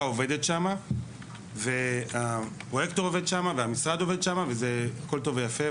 עובדת שם והפרויקטור עובד שם והמשרד עובד שם והכול טוב ויפה,